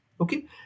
Okay